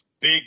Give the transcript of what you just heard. big